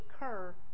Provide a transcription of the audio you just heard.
occur